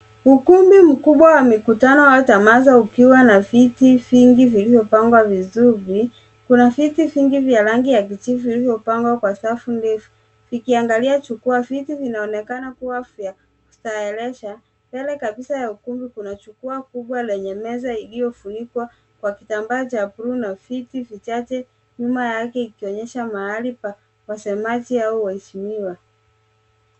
Ukumbi mkubwa wa mikutano au tamaza ukiwa na viti vingi viliopangwa vizuri, kuna viti vingi vya rangi ya kijivu viliopangwa kwa safu ndefu, zikiangalia jukwaa. Viti vinaonekana kua vya kustaheresha. Mbele kabisa ya ukumbi kuna jukwaa kubwa lenye meza iliyofunikwa kwa kitambaa cha blue na viti vichache nyuma yake ikionyesha mahali pa wasemaji au waheshimiwa.